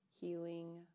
healing